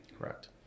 Correct